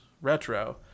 retro